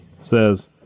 says